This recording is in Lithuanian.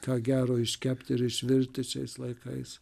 ką gero iškepti ir išvirti šiais laikais